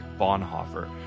Bonhoeffer